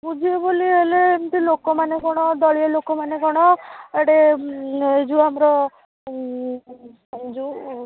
ବୁଝିବ ବୋଲି ହେଲେ ଏମିତି ଲୋକମାନେ କ'ଣ ଦଳୀୟ ଲୋକମାନେ କ'ଣ ଏଠି ଏ ଯେଉଁ ଆମର ଯେଉଁ